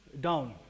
down